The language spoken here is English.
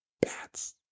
bats